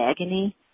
agony